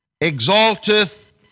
exalteth